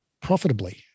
profitably